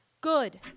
Good